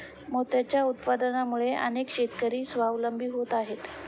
मोत्यांच्या उत्पादनामुळे अनेक शेतकरी स्वावलंबी होत आहेत